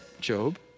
Job